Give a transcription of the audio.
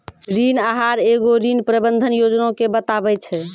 ऋण आहार एगो ऋण प्रबंधन योजना के बताबै छै